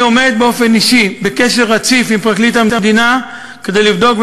אני עומד באופן אישי בקשר רציף עם פרקליט המדינה כדי לבדוק,